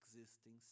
existing